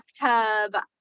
bathtub